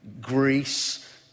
Greece